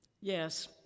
Yes